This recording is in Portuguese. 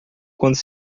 quanto